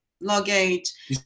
luggage